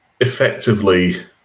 effectively